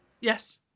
yes